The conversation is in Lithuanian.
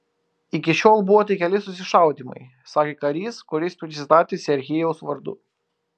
iki šiol buvo tik keli susišaudymai sakė karys kuris prisistatė serhijaus vardu